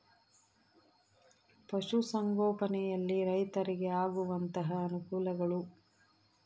ಪಶುಸಂಗೋಪನೆಯಲ್ಲಿ ರೈತರಿಗೆ ಆಗುವಂತಹ ಅನುಕೂಲಗಳು?